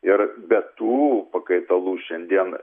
ir be tų pakaitalų šiandien